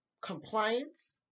compliance